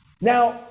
Now